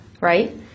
right